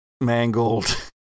mangled